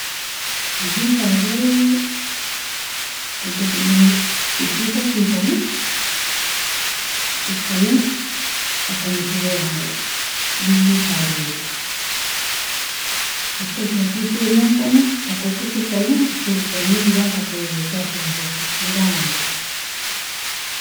Oksejen faidaie udafelon mustashfal fikani tikani taka nafie yani digde sadoje, iska shorti sebminkani taka okrtikni shortitani gobal sayosi ashringosi gobalngosi.